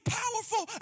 powerful